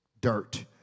dirt